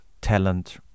talent